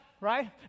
right